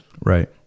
right